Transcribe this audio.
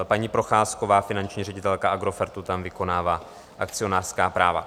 Paní Procházková, finanční ředitelka Agrofertu, tam vykonává akcionářská práva.